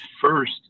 first